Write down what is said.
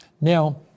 Now